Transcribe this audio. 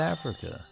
Africa